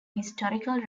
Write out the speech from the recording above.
historical